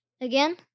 again